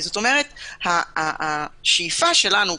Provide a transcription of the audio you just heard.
כלומר השאיפה שלנו,